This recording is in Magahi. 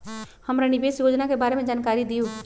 हमरा निवेस योजना के बारे में जानकारी दीउ?